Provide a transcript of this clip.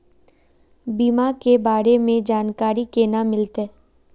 बीमा के बारे में जानकारी केना मिलते?